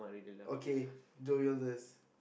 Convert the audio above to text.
okay joyless